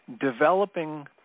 developing